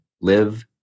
live